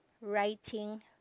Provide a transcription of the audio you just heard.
writing